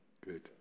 Good